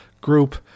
group